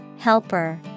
Helper